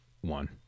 one